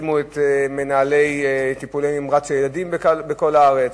החתימו את מנהלי טיפול נמרץ ילדים בכל הארץ